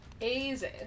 Easy